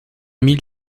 mille